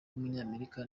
w’umunyamerika